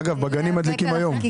אגב, בגנים מדליקים היום.